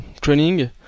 training